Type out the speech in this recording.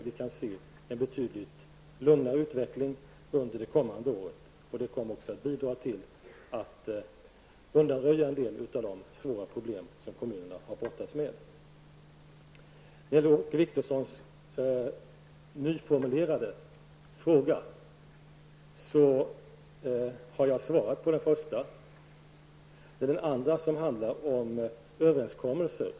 Vi kan se en betydligt lugnare utveckling under det kommande året, och detta kommer också att bidra till att undanröja en del av de svåra problem som kommunerna har brottas med. När det gäller de frågor som Åke Wictorsson nys formulerade, har jag svarat på det första. Den andra frågan handlade om överenskommelser.